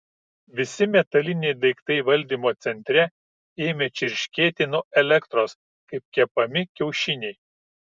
visi metaliniai daiktai valdymo centre ėmė čirškėti nuo elektros kaip kepami kiaušiniai